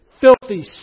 Filthy